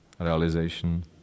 realization